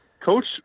Coach